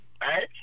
Right